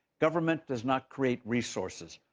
government does not create resources,